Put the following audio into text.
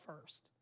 first